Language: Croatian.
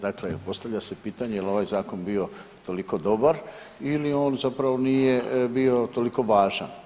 Dakle, postavlja se pitanje jel ovaj zakon bio toliko dobar ili on zapravo nije bio toliko važan?